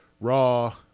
raw